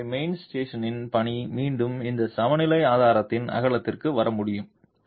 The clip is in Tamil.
எனவே மெயின்ஸ்டோனின் பணி மீண்டும் இந்த சமநிலை ஆதாரத்தின் அகலத்திற்கு வர முடியும்